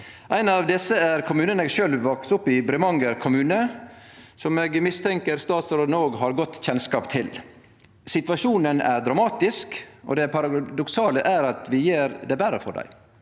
Ein av desse er kommunen eg sjølv vaks opp i, Bremanger kommune, som eg mistenkjer at statsråden òg har god kjennskap til. Situasjonen er dramatisk, og det paradoksale er at vi gjer det verre for dei.